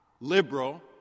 liberal